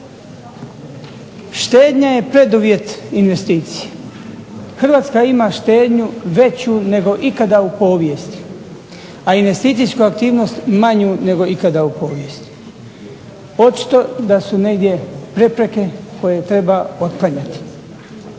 Štednja je preduvjet investicije, Hrvatska ima štednju veću nego ikada u povijesti, a investicijsku aktivnost manju nego ikada u povijesti. Očito da su negdje prepreke koje treba otklanjati.